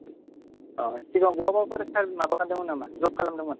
सिगां बहाबाफोर माबा खालामदोंमोन नामा जब खालामदोंमोन